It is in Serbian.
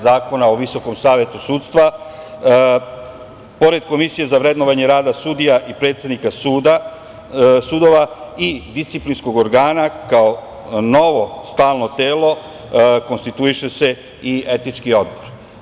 Zakona o visokom savetu sudstva pored Komisije za vrednovanje rada sudija i predsednika sudova i disciplinskog organa, kao novo stalno telo, konstituiše se i etički odbor.